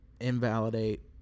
invalidate